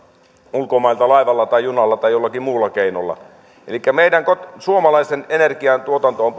ulkomailta laivalla tai junalla tai jollakin muulla keinolla elikkä meidän suomalaisten energiantuotanto on